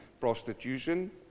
prostitution